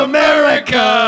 America